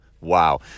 Wow